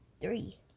three